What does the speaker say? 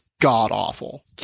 god-awful